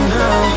now